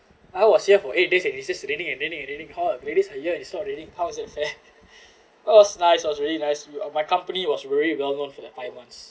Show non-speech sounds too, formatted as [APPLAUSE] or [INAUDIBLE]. I was here for eight days and it's just raining and raining and raining how ah ladies are here it's not raining how is it fair [LAUGHS] that was nice it was really nice my company was very well known for the five months